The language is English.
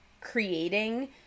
creating